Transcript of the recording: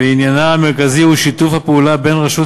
ועניינה המרכזי הוא שיתוף הפעולה בין רשות